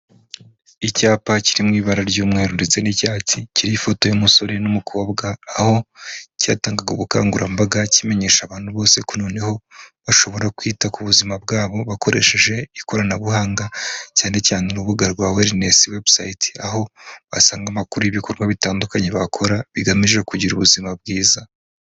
Icyapa kiri mu ibara ry'umweru ndetse n'icyatsi, kiriho ifoto y'umusore n'umukobwa, aho cyatangaga ubukangurambaga kimenyesha abantu bose ko noneho, bashobora kwita ku buzima bwabo, bakoresheje ikoranabuhanga, cyane cyane urubuga rwa welinesi webusayiti, aho wasanga amakuru y'ibikorwa bitandukanye bakora bigamije kugira ubuzima bwiza.